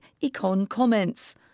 EconComments